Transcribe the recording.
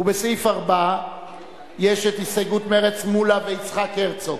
ובסעיף 4 ישנה הסתייגות מרצ, מולה ויצחק הרצוג.